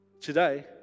Today